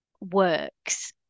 works